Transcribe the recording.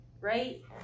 right